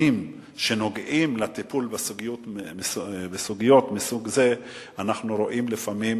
שנוגעים בטיפול בסוגיות מסוג זה אנחנו רואים לפעמים